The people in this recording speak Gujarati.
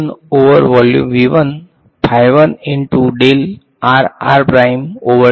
તેથી કરંટ ટર્મ બની ગયુ છે આ માઈનસ આ ટર્મ જે અહીં આવ્યુ છે જે બાકી છે તે આ અંતિમ ટર્મ અહીં હતું